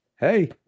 Hey